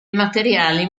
materiali